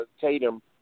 Tatum